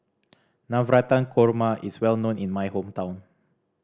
Navratan Korma is well known in my hometown